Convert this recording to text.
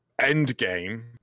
endgame